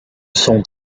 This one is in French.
son